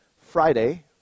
Friday